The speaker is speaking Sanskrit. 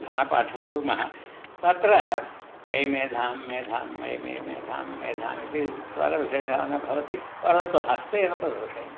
घनपाठं कुर्मः तत्र मयि मेधां मेधां मयि मयि मेधां मेधामिति स्वरविशेषः न भवति परन्तु हस्तेन प्रदर्शयन्ति